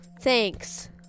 Thanks